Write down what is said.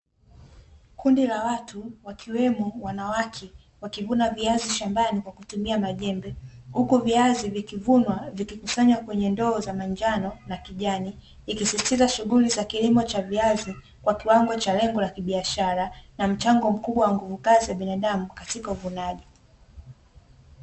Kundi la watu wakiwemo wanawake, wakivuna viazi shambani kwa kutumia majembe, huku viazi vikivunwa, vikikusanywa kwenye ndoo za manjano na kijani, ikisisitiza shughuli za kilimo cha viazi kwa kiwango cha lengo la kibiashara na mchango mkubwa wa nguvu kazi wa binadamu katika uvunaji.